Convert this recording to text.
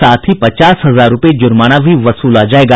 साथ ही पचास हजार रूपये जुर्माना भी वसूला जायेगा